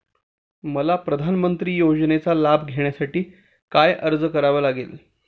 मला प्रधानमंत्री योजनेचा लाभ घेण्यासाठी काय अर्ज करावा लागेल?